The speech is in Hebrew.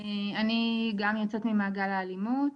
ואני גם יוצאת ממעגל האלימות.